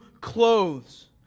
clothes